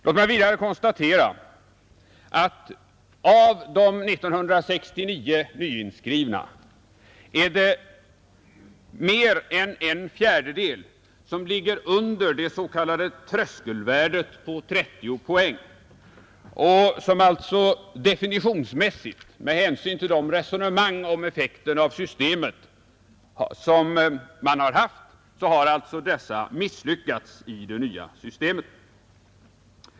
Låt mig vidare konstatera att av de 1969 nyinskrivna ligger mer än en fjärdedel under det s.k. tröskelvärdet på 30 poäng. Dessa har alltså, definitionsmässigt med hänsyn till de resonemang man haft om effekten av systemet, misslyckats i det nya systemet.